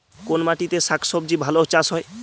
কোন মাটিতে শাকসবজী ভালো চাষ হয়?